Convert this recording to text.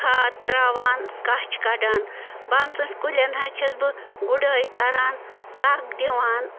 کھاد ترٛاوان کَچھ کَڑان بَمژوٗنٛٹھۍ کُلٮ۪ن حظ چھَس بہٕ گُڈٲے کَران سَگ دِوان